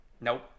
nope